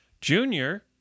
Junior